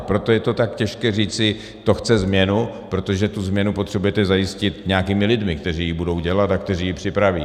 Proto je tak těžké říci, to chce změnu, protože tu změnu potřebujete zajistit nějakými lidmi, kteří ji budou dělat a kteří ji připraví.